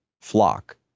flock